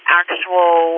actual